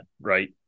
right